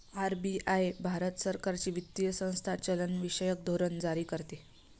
RBI Bharat सरकारची वित्तीय संस्था चलनविषयक धोरण जारी करते